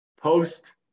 post